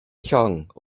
llong